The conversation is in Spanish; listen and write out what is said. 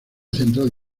central